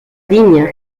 ligne